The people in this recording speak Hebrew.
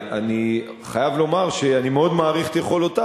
אני חייב לומר שאני מאוד מעריך את יכולותיו,